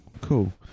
cool